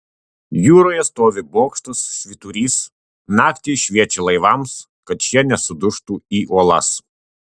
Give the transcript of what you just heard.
jūroje stovi bokštas švyturys naktį jis šviečia laivams kad šie nesudužtų į uolas